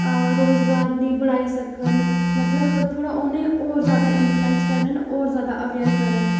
रोजगार बी बधाई सकन मतलब थोह्ड़ा उ'नें ई होर जैदा गनफ्लुएंस करन होर जैदा अवेयर करन